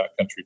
backcountry